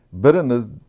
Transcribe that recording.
Bitterness